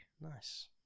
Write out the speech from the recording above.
Nice